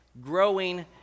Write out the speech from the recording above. growing